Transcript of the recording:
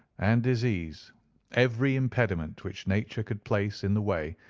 and disease every impediment which nature could place in the way,